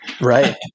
Right